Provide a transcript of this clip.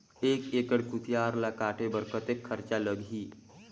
एक एकड़ कुसियार ल काटे बर कतेक खरचा लगही?